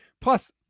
Plus